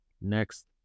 Next